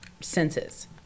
senses